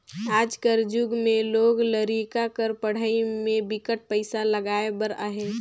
आज कर जुग में लोग लरिका कर पढ़ई में बिकट पइसा लगाए बर अहे